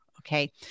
Okay